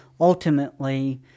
ultimately